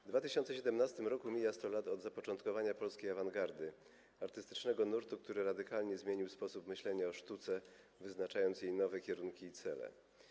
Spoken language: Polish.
W 2017 roku mija 100 lat od zapoczątkowania polskiej awangardy - artystycznego nurtu, który radykalnie zmienił sposób myślenia o sztuce, wyznaczając jej nowe kierunki i cele.